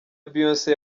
beyonce